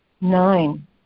Nine